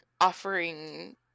offering